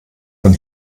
von